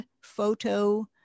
photo